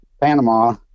Panama